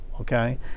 okay